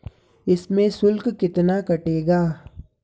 इसमें शुल्क कितना कटेगा?